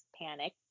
panic